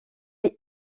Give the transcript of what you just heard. est